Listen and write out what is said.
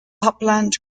upland